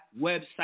website